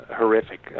horrific